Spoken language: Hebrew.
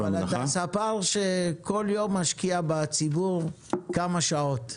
אבל אתה ספר שכל יום משקיע בציבור כמה שעות.